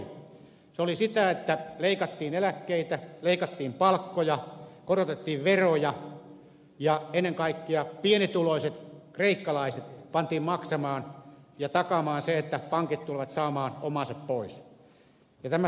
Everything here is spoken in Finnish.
se oli sitä että leikattiin eläkkeitä leikattiin palkkoja korotettiin veroja ja ennen kaikkea pienituloiset kreikkalaiset pantiin maksamaan ja takaamaan se että pankit tulevat saamaan omansa pois